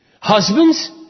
Husbands